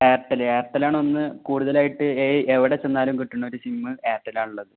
Airtel Airtel ആണ് വന്ന് കൂടുതലായിട്ട് എവിടെ ചെന്നാലും കിട്ടണ ഒരു സിമ്മ് എയർടെൽ ആണുള്ളത്